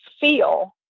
feel